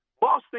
Boston